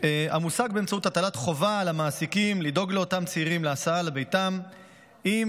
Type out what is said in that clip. המושג באמצעות הטלת חובה על המעסיק לדאוג לאותם צעירים להסעה לביתם אם